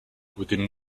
within